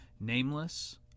nameless